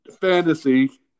fantasy